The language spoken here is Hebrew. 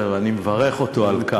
ואני מברך אותו על כך.